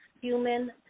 human